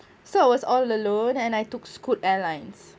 so I was all alone and I took scoot airlines